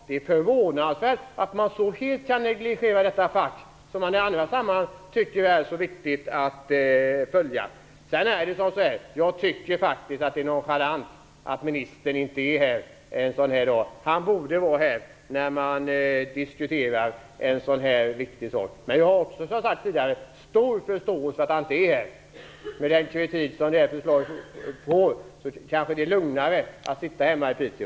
Det är förvånansvärt att man så helt kan negligera detta fack som man i andra sammanhang tycker att det är så viktigt att följa. Jag tycker faktiskt att det är nonchalant att ministern inte är här en sådan här dag. Han borde vara här när man diskuterar en sådan viktig sak. Men jag har, som jag har sagt tidigare, stor förståelse för att han inte är här. Med den kritik som det här förslaget får kanske det är lugnare att sitta hemma i Piteå.